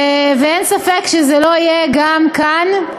ואין ספק שזה יהיה גם כאן.